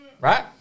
right